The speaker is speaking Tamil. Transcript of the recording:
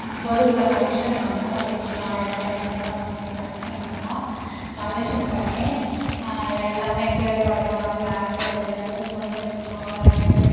பொதுவில் கலெக்க்ஷன் பண்ணும் ஒரு வீட்டுக்கு ஆயிரம் ரூபாய் ஐநூறுபா அந்த மாதிரி கலெக்க்ஷன் பண்ணுவோம் கலெக்க்ஷன் பண்ணி எல்லாமே கேழ்வரகு வாங்கி அரைக்கிறதுலேருந்து கொழுக்கட்டைக்கு மாவு அரைக்கிறது